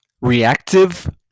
reactive